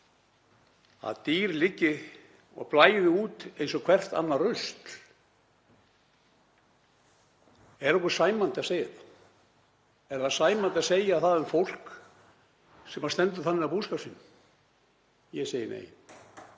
að dýr liggi og blæði út eins og hvert annað rusl — er okkur sæmandi að segja þetta? Er sæmandi að segja það um fólk sem stendur þannig að búskap sínum? Ég segi nei.